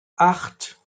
acht